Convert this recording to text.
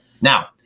Now